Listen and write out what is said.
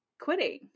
quitting